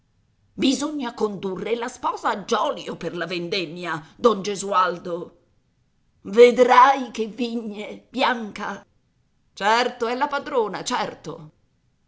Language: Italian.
bisogna condurre la sposa a giolio per la vendemmia don gesualdo vedrai che vigne bianca certo è la padrona certo